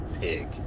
pig